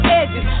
edges